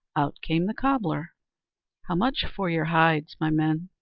out came the cobbler how much for your hides, my men?